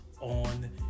on